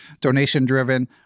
donation-driven